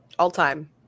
All-time